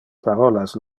parolas